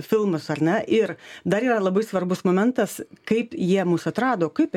filmus ar ne ir dar yra labai svarbus momentas kaip jie mus atrado kaip